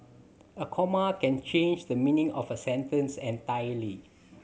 a comma can change the meaning of a sentence entirely